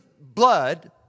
blood